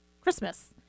Christmas